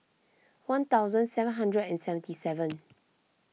one thousand seven hundred and seventy seven